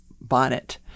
bonnet